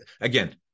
Again